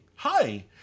Hi